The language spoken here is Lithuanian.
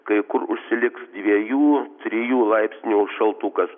kai kur užsiliks dviejų trijų laipsnių šaltukas